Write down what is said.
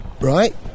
right